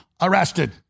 arrested